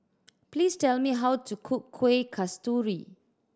please tell me how to cook Kuih Kasturi